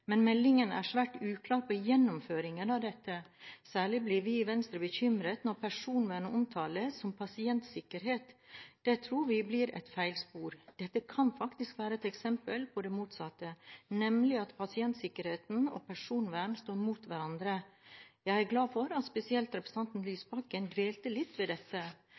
men meldingen er svært uklar når det gjelder gjennomføringen av dette. Særlig blir vi i Venstre bekymret når personvernet omtales som «pasientsikkerhet». Det tror vi blir et feilspor. Dette kan faktisk være et eksempel på det motsatte, nemlig at pasientsikkerhet og personvern står mot hverandre. Jeg er glad for at spesielt representanten Lysbakken dvelte litt ved dette.